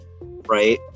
right